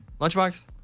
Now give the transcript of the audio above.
Lunchbox